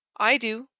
i do!